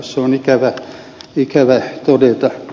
se on ikävä todeta